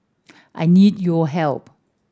I need your help